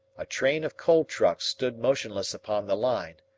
a train of coal trucks stood motionless upon the line.